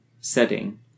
setting